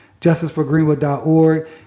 justiceforgreenwood.org